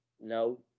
no